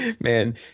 man